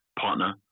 partner